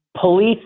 police